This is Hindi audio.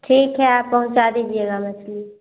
ठीक है आप पहुँचा दीजिएगा मछली